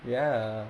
ya